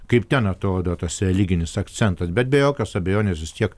kaip ten atrodo tas religinis akcentas bet be jokios abejonės vis tiek